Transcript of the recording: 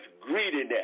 greediness